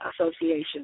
Association